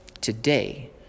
today